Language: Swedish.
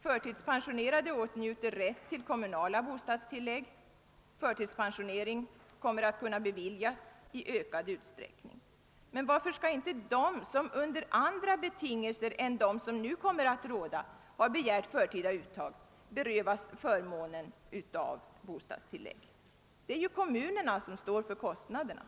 Förtidspensionerade åtnjuter rätt till kommunala bostadstillägg, och förtidspensionering kommer att kunna beviljas i ökad utsträckning. Men varför skall de som har begärt förtida uttag under andra betingelser än de som nu kommer att råda berövas förmånen av bostadstilllägg? Det är ju kommunerna som står för kostnaderna.